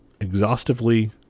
exhaustively